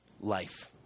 life